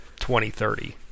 2030